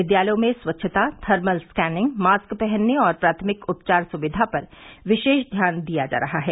विद्यालयों में स्वच्छता थर्मल स्कैनिंग मॉस्क पहनने और प्राथमिक उपचार सुविधा पर विशेष ध्यान दिया जा रहा है